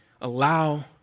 allow